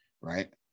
right